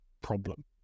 problem